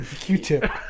Q-tip